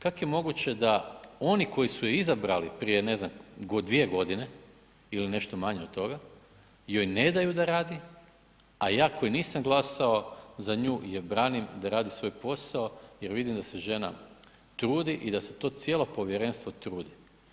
Kako je moguće da oni koji su je izabrali, ne znam prije dvije godine ili nešto manje od toga, joj ne daju da radi, a ja koji nisam glasao za nju je branim da radi svoj posao jer vidim da se žena trudi i da se to cijelo povjerenstvo trudi.